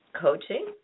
coaching